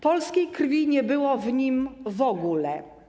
Polskiej krwi nie było w nim w ogóle.